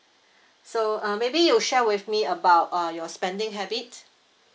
so uh maybe you share with me about uh your spending habits